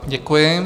Děkuji.